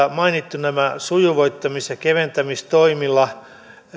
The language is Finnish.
on mainittu nämä sujuvoittamis ja keventämistoimille